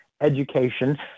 education